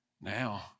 Now